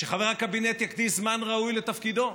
שחבר הקבינט יקדיש זמן ראוי לתפקידו.